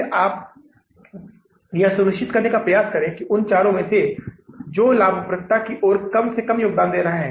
इसलिए अब तक हमने सीखा कि विभिन्न अनुसूचियां और नक़दी बजट कैसे तैयार करें